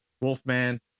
wolfman